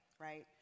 right